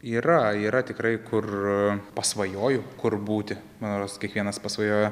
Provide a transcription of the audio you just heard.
yra yra tikrai kur pasvajoju kur būti man rodos kiekvienas pasvajoja